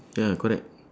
ya correct